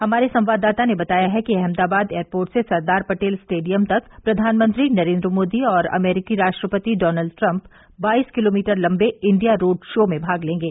हमारे संवाददाता ने बताया है कि अहमदाबाद एयरपोर्ट से सरदार पटेल स्टेडियम तक प्रधानमंत्री नरेंद्र मोदी और अमरीकी राष्ट्रपति डॉनल्ड ट्रम्प बाईस किलोमीटर लम्बे इंडिया रोड शो में भाग लेंगे